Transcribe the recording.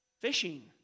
Fishing